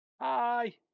Hi